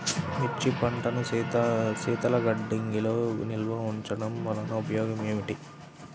మిర్చి పంటను శీతల గిడ్డంగిలో నిల్వ ఉంచటం వలన ఉపయోగం ఏమిటి?